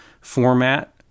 format